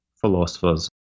philosophers